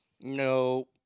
no